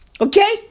Okay